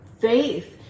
faith